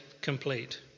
complete